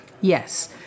Yes